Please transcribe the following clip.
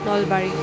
Nalbari